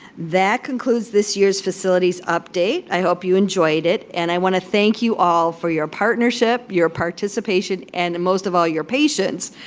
that concludes this year's facilities update. i hope you enjoyed it. and i want to thank you all for your partnership, your participation, and most of all your patience,